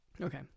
Okay